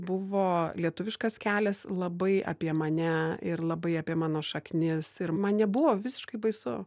buvo lietuviškas kelias labai apie mane ir labai apie mano šaknis ir man nebuvo visiškai baisu